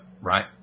right